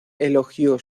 elogió